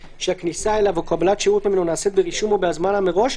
שהכניסה אליו או קבלת שירות ממנו נעשית ברישום או בהזמנה מראש,